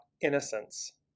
innocence